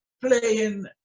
playing